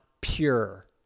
pure